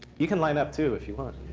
you can line up too if you want.